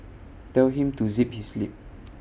tell him to zip his lip